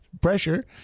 pressure